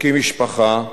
מקים משפחה,